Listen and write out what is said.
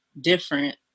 different